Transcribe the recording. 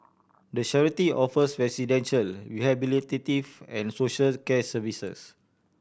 the charity offers residential rehabilitative and socials care services